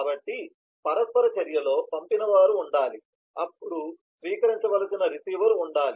కాబట్టి పరస్పర చర్యలో పంపినవారు ఉండాలి అప్పుడు స్వీకరించవలసిన రిసీవర్ ఉండాలి